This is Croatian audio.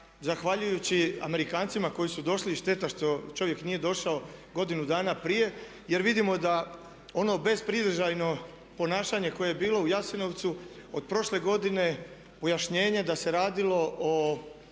zahvaljujući amerikancima koji su došli i šteta što čovjek nije došao godinu dana prije jer vidimo da ono bez pridržajno ponašanje koje je bilo u Jasenovcu od prošle godine pojašnjenje da se radilo o